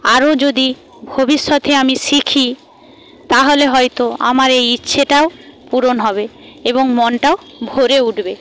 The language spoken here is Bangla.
আরও যদি ভবিষ্যতে আমি শিখি তাহলে হয়তো আমার এই ইচ্ছেটাও পূরণ হবে এবং মনটাও ভরে উঠবে